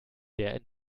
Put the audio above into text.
der